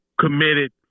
committed